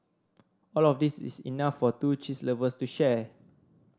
all of these is enough for two cheese lovers to share